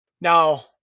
now